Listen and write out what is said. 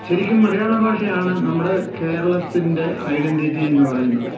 ശരിക്കും മലയാളഭാഷയാണ് നമ്മുടെ കേരളത്തിൻ്റെ ഐഡൻ്റിറ്റീന്ന് പറയുന്നത്